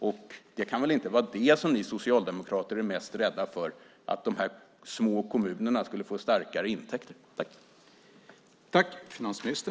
Att de små kommunerna skulle få större intäkter kan väl inte vara det som ni socialdemokrater är mest rädda för.